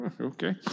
Okay